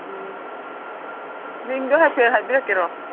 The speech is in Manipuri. ꯎꯝ ꯃꯤꯡꯗꯣ ꯍꯥꯏꯐꯦꯠ ꯍꯥꯏꯕꯤꯔꯛꯀꯦꯔꯣ